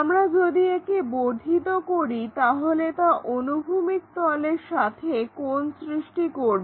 আমরা যদি একে বর্ধিত করি তাহলে তা অনুভূমিক তলের সাথে কোণ সৃষ্টি করবে